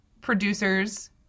producers